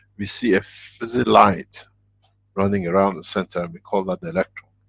we see a fizzy light running around center, and we call that electron.